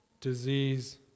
disease